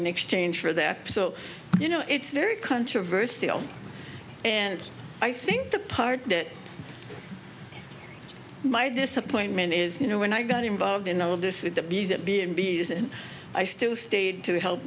in exchange for that so you know it's very controversy and i think the part that my disappointment is you know when i got involved in all of this with the bs that b and b s and i still stayed to help